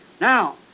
Now